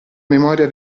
memoria